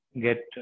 get